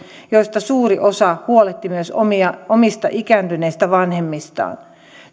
joista suuri osa huolehti myös omista ikääntyneistä vanhemmistaan